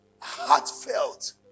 Heartfelt